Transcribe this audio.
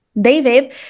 David